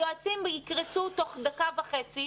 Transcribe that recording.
היועצים יקרסו תוך דקה וחצי,